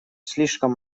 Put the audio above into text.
слишком